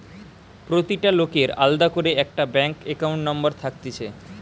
প্রতিটা লোকের আলদা করে একটা ব্যাঙ্ক একাউন্ট নম্বর থাকতিছে